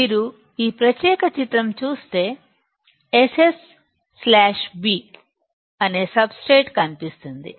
మీరు ఈ ప్రత్యేక చిత్రంSSB చూస్తే SSB అనే సబ్ స్ట్రేట్ కనిపిస్తుంది